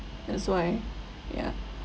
that's why ya